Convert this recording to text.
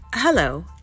Hello